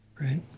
Right